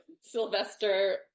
Sylvester